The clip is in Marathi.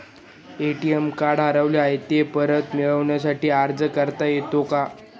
ए.टी.एम कार्ड हरवले आहे, ते परत मिळण्यासाठी अर्ज करता येतो का?